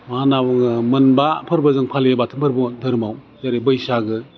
मा होन्ना बुङो मोनबा फोरबोजों फालियो बाथौ फोरबो दोहोरोमाव जेरै बैसागो